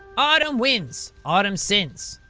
autumn winds. autumn sins.